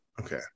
Okay